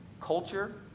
culture